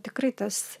tikrai tas